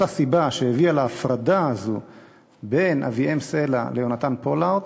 אותה סיבה שהביאה להפרדה הזאת בין אביאם סלע ליהונתן פולארד